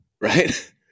Right